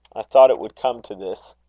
i thought it would come to this.